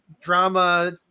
drama